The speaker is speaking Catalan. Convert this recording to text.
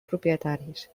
propietaris